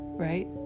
right